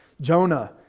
Jonah